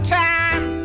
time